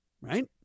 right